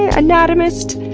and anatomist,